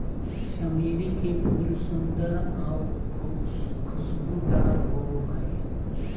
चमेली के फूल सुंदर आऊ खुशबूदार होबो हइ